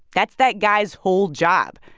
that's that guy's whole job.